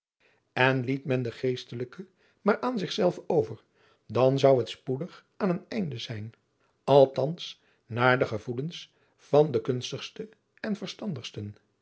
n liet men de eestelijken maar aan zich zelve over dan zou het spoedig aan een einde zijn althans naar de gevoelens van de kundigsten en